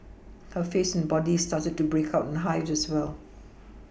her face and body started to break out in hives as well